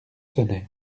sonnait